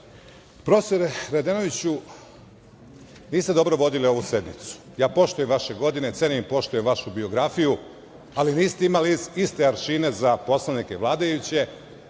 profesore Radenoviću, niste dobro vodili ovu sednicu. Poštujem vaše godine, cenim i poštujem vašu biografiju, ali niste imali iste aršine za poslanike vladajuće